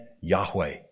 Yahweh